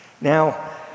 Now